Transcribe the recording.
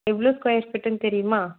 எவ்வளோ ஸ்கொயர் ஃபிட்டுன்னு தெரியுமா